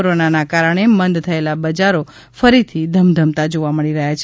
કોરોનાના કારણે મંદ થયેલા બજારો ફરીથી ધમધમતા જોવા મળી રહ્યા છે